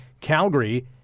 Calgary